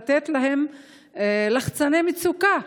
לחצני מצוקה,